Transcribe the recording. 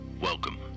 Welcome